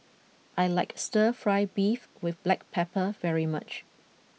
I like Stir Fry Beef with black pepper very much